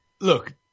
Look